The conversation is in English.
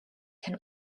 can